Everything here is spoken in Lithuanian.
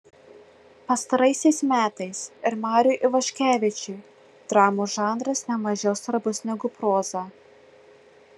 pastaraisiais metais ir mariui ivaškevičiui dramos žanras ne mažiau svarbus negu proza